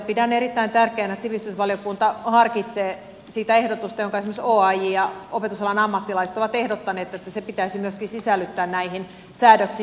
pidän erittäin tärkeänä että sivistysvaliokunta harkitsee sitä ehdotusta jota esimerkiksi oaj ja opetusalan ammattilaiset ovat ehdottaneet että myöskin se pitäisi sisällyttää näihin säädöksiin